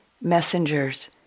messengers